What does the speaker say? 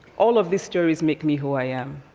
all of these stories make me who i am.